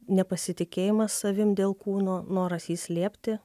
nepasitikėjimas savim dėl kūno noras jį slėpti